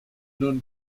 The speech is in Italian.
non